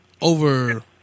over